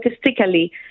statistically